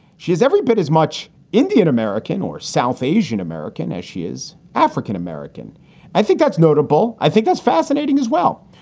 she is every bit as much indian american or south asian american as she is african-american. i think that's notable. i think that's fascinating as well.